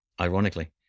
Ironically